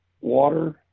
water